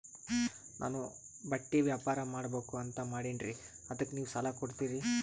ನಾನು ಬಟ್ಟಿ ವ್ಯಾಪಾರ್ ಮಾಡಬಕು ಅಂತ ಮಾಡಿನ್ರಿ ಅದಕ್ಕ ನೀವು ಸಾಲ ಕೊಡ್ತೀರಿ?